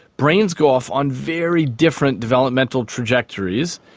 brains go off on very different developmental trajectories,